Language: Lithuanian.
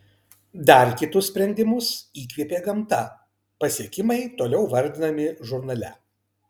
dar kitus sprendimus įkvėpė gamta pasiekimai toliau vardinami žurnale